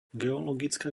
geologická